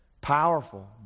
Powerful